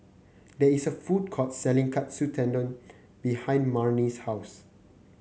there is a food court selling Katsu Tendon behind Marnie's house